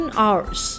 hours